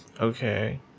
okay